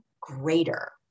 greater